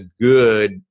good